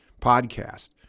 podcast